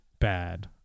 bad